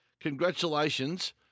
congratulations